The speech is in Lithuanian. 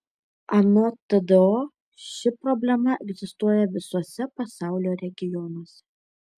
anot tdo ši problema egzistuoja visuose pasaulio regionuose